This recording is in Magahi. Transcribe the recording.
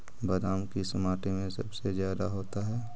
बादाम किस माटी में सबसे ज्यादा होता है?